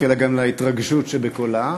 אלא גם להתרגשות שבקולה.